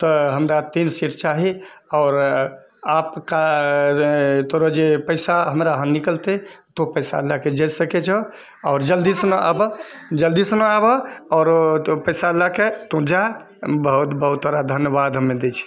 तऽ हमरा तीन सीट चाही आओर आपका तोरो जे पैसा हमरा हम निकलतै तऽ ओ पैसा लए के जाइ सकै छो आओर जल्दी सिना आबह जल्दी सिना आबह आओर तऽ ओ पैसा लए कऽ तू जा बहुत बहुत तोरा धन्यवाद हमे दै छियौ